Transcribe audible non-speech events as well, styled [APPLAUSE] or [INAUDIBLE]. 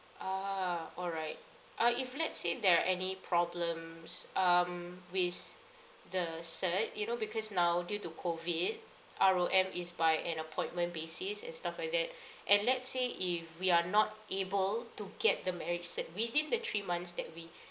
ah all right ah if let's say there are any problems um with the cert you know because now due to COVID R_O_M is by an on appointment basis and stuff like that [BREATH] and let's say if we are not able to get the marriage cert within the three months that we